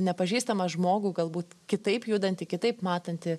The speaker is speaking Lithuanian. nepažįstamą žmogų galbūt kitaip judantį kitaip matantį